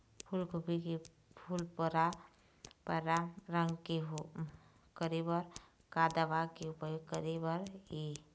फूलगोभी के फूल पर्रा रंग करे बर का दवा के उपयोग करे बर ये?